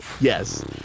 yes